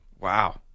Wow